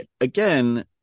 again